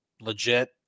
legit